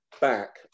back